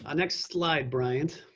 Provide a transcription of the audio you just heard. ah next slide, bryant.